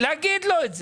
להגיד לו את זה,